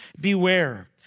beware